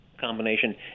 combination